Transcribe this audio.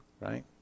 right